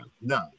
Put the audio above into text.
No